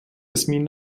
yasmin